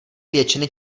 většiny